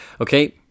okay